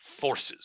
forces